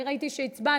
אני ראיתי שהצבענו,